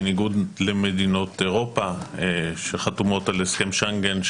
בניגוד למדינות אירופה שחתומות על הסכם שנגן,